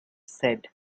said